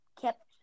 kept